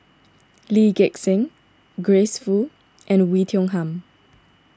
Lee Gek Seng Grace Fu and Oei Tiong Ham